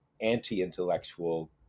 anti-intellectual